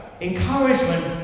encouragement